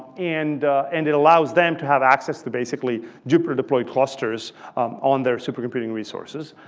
and and it allows them to have access to basically jupyter deploy clusters on their supercomputing resources.